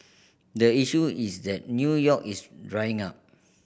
the issue is that New York is drying up